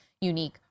unique